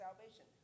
salvation